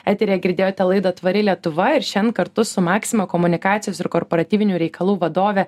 eteryje girdėjote laidą tvari lietuva ir šian kartu su maxima komunikacijos ir korporatyvinių reikalų vadove